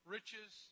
riches